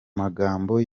magambo